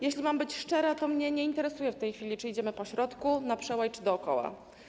Jeśli mam być szczera, to mnie nie interesuje w tej chwili, czy idziemy pośrodku, na przełaj, czy dookoła.